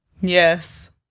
Yes